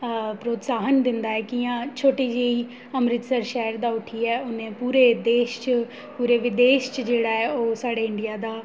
प्रोत्साह्न दिंदा ऐ कि'यां छोटे जेही अमृतसर शैह्र दा उट्ठियै उ'न्नै पूरे देश च पूरे विदेश च जेह्ड़ा ऐ ओह् साढ़े इंडिया दा